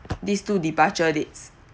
these two departure dates